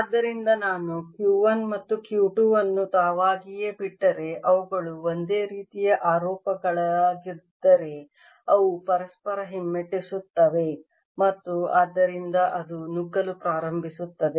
ಆದ್ದರಿಂದ ನಾನು Q 1 ಮತ್ತು Q 2 ಅನ್ನು ತಾವಾಗಿಯೇ ಬಿಟ್ಟರೆ ಅವುಗಳು ಒಂದೇ ರೀತಿಯ ಆರೋಪಗಳಾಗಿದ್ದರೆ ಅವು ಪರಸ್ಪರ ಹಿಮ್ಮೆಟ್ಟಿಸುತ್ತವೆ ಮತ್ತು ಆದ್ದರಿಂದ ಅದು ನುಗ್ಗಲು ಪ್ರಾರಂಭಿಸುತ್ತದೆ